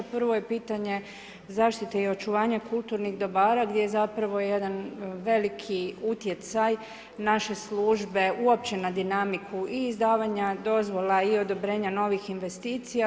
Prvo je pitanje zaštite i očuvanja kulturnih dobara gdje zapravo jedan veliki utjecaj naše službe uopće na dinamiku i izdavanja dozvola i odobrenja novih investicija.